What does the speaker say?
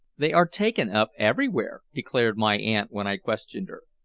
they are taken up everywhere, declared my aunt when i questioned her.